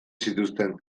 zituzten